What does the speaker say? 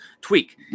tweak